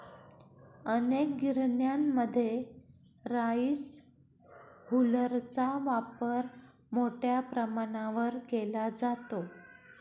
अनेक गिरण्यांमध्ये राईस हुलरचा वापर मोठ्या प्रमाणावर केला जातो